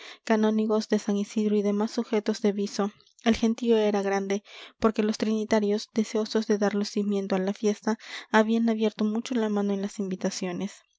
canónigos de san isidro y demás sujetos de viso el gentío era grande porque los trinitarios deseosos de dar lucimiento a la fiesta habían abierto mucho la mano en las invitaciones